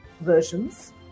versions